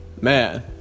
Man